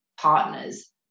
partners